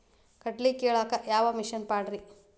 ಕಡ್ಲಿ ಕೇಳಾಕ ಯಾವ ಮಿಷನ್ ಪಾಡ್ರಿ?